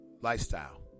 lifestyle